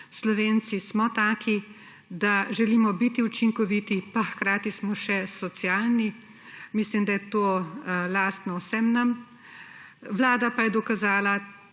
Slovenci smo taki, da želimo biti učinkoviti, pa hkrati smo še socialni. Mislim, da je to lastno vsem nam. Vlada pa je dokazala,